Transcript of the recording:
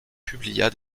publia